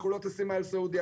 אנחנו לא טסים מעל סעודיה,